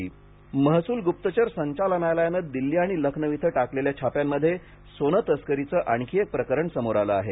सोने तस्करी महसूल गुप्तचर संचालनालयाने दिल्ली आणि लखनऊ इथं टाकलेल्या छाप्यांमध्ये सोनं तस्करीचं आणखी एक प्रकरण समोर आलं आहे